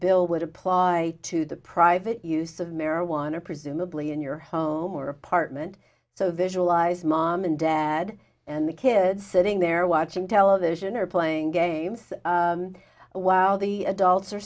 bill would apply to the private use of marijuana presumably in your home or apartment so visualize mom and dad and the kid sitting there watching television or playing games while the adults are